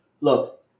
Look